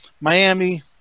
Miami